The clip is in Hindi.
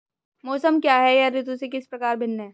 मौसम क्या है यह ऋतु से किस प्रकार भिन्न है?